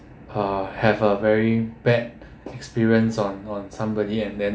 uh have a very bad experience on on somebody and then